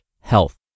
health